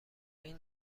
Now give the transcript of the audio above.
این